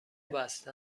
بسته